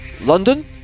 London